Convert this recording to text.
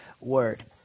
word